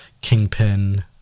Kingpin